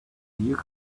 you